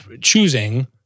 choosing